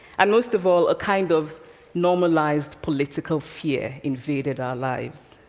and most of all, a kind of normalized political fear invaded our lives.